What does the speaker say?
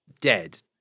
dead